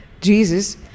Jesus